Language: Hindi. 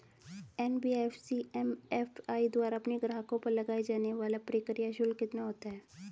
एन.बी.एफ.सी एम.एफ.आई द्वारा अपने ग्राहकों पर लगाए जाने वाला प्रक्रिया शुल्क कितना होता है?